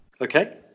Okay